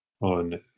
on